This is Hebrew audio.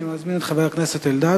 אני מזמין את חבר הכנסת אלדד.